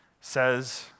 says